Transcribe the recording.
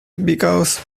because